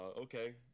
okay